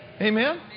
Amen